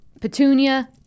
Petunia